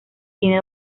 tiene